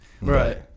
right